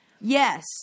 yes